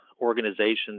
organizations